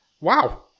Wow